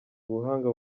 ubuhanga